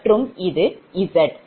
மற்றும் இது Z